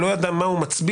לא ידע מה הוא מצביע,